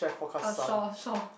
uh shore shore